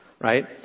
right